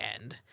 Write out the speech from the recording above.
end